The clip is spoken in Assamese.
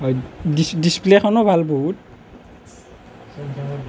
ডিছপ্লেখনো ভাল বহুত